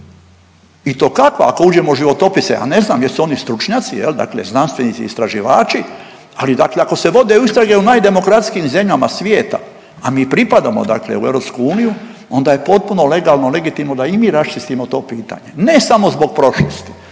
i to kakva kad uđemo u životopise. Ja ne znam jesu oni stručnjaci jel dakle znanstvenici, istraživači ali dakle ako se vode istrage u najdemokratskijim zemljama svijeta, a mi pripadamo dakle u EU, onda je potpuno legalno, legitimno da i mi raščistimo to pitanje. Ne samo zbog prošlosti